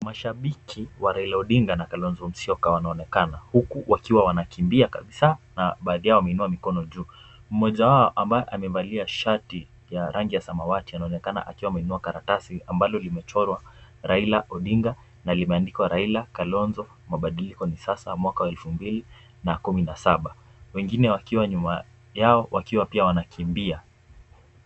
Mashabiki wa Raila Odinga na Kalonzo Musyoka wanaonekana huku wakiwa wanakimbia kabisa na baadhi yao wameinua mikono juu. Mmoja wao ambaye amevalia shati ya rangi ya samawati anaonekana akiwa ameinua karatasi ambalo limechorwa Raila Odinga na limeandikwa Raila, Kalonzo mabadiliko ni sasa mwaka wa elfu mbili na kumi na saba. Wengine wakiwa nyuma yao wakiwa pia wanakimbia.